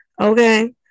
okay